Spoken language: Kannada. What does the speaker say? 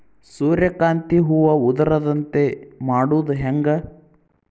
ಸೂರ್ಯಕಾಂತಿ ಹೂವ ಉದರದಂತೆ ಮಾಡುದ ಹೆಂಗ್?